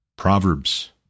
Proverbs